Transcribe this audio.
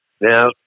Now